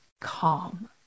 calm